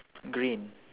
green